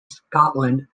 scotland